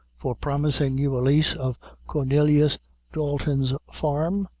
for promising you a lease of cornelius dalton's farm?